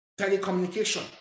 telecommunication